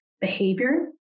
behavior